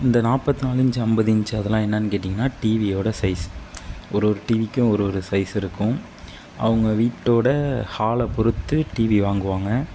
இந்த நாற்பத்தி நாலு இஞ்சி ஐம்பது இஞ்சி அதுலாம் என்னன்னு கேட்டீங்கன்னா டிவியோட சைஸ் ஒரு ஒரு டிவிக்கும் ஒரு ஒரு சைஸ் இருக்கும் அவுங்க வீட்டோட ஹாலை பொறுத்து டிவி வாங்குவாங்க